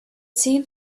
seemed